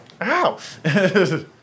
Ow